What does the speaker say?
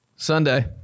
Sunday